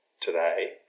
today